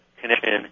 connection